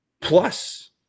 Plus